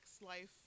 life